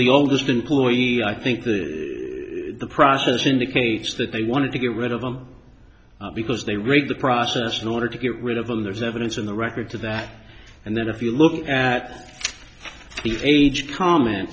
the oldest employee i think the the process indicates that they wanted to get rid of them because they rate the process in order to get rid of them there's evidence in the record to that and then if you look at the age comm